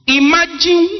imagine